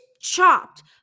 chopped